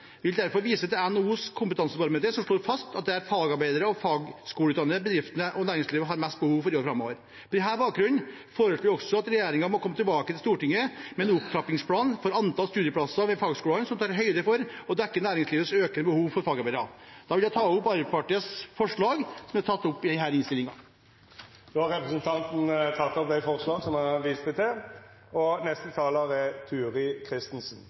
vil derfor vise til NHOs kompetansebarometer, som slår fast at det er fagarbeidere og fagskoleutdannede bedriftene og næringslivet har mest behov for i årene framover. På denne bakgrunnen foreslår vi også at regjeringen må komme tilbake til Stortinget med en opptrappingsplan for antall studieplasser ved fagskolene, som tar høyde for å dekke næringslivets økende behov for fagarbeidere. Da vil jeg ta opp Arbeiderpartiets forslag. Representanten Jorodd Asphjell har teke opp dei forslaga han viste til. Dette er virkelig en gledens dag for alle fagskolestudenter, for fagskolene våre og